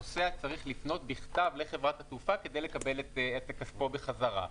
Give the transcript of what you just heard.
הנוסע צריך לפנות בכתב לחברת התעופה כדי לקבל את כספו בחזרה.